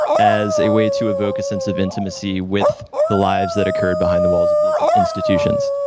as a way to evoke a sense of intimacy with the lives that occurred behind the walls of these institutions.